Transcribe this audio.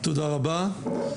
תודה רבה.